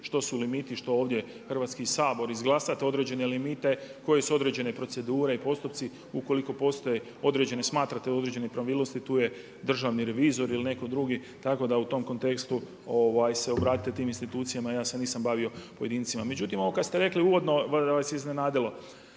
Što su limiti, što ovdje Hrvatski sabor izglasa određene limite, koje su određene procedure i postupci. Ukoliko postoji određene, smatrate određene nepravilnosti tu je državni revizor ili netko drugi, tako da u tom kontekstu se obratite tim institucijama. Ja se nisam bavio pojedincima. Međutim, ovo kada ste rekli uvodno, da vas je iznenadilo,